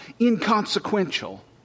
inconsequential